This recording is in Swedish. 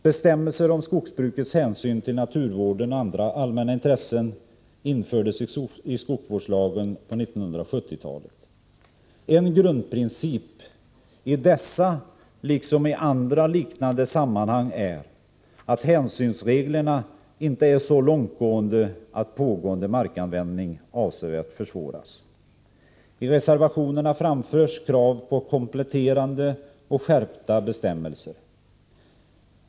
Bestämmelser om skogsbrukets hänsyn till naturvården och andra allmänna intressen infördes i skogsvårdslagen på 1970-talet. En grundprincip i dessa liksom i andra liknande sammanhang är att hänsynsreglerna inte är så långtgående att pågående markanvändning avsevärt försvåras. I reservationerna framförs krav på kompletterande och skärpta bestämmelser.